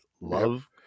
Love